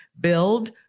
Build